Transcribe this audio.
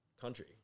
country